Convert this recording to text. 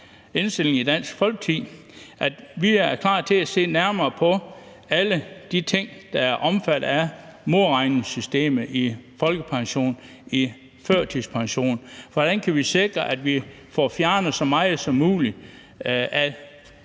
indstilling i Dansk Folkeparti, at vi er klar til at se nærmere på alle de ting, der er omfattet af modregningssystemet for folkepension og førtidspension. Hvordan kan vi sikre, at vi får fjernet så mange som muligt